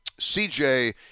CJ